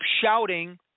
shouting